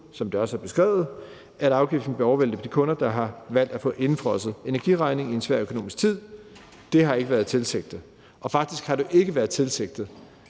som det også er beskrevet, at afgiften bliver overvæltet på de kunder, der har valgt at få indefrosset energiregningen i en svær økonomisk tid. Det har ikke været tilsigtet. Det er måske det, man kalder for en utilsigtet